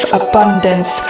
abundance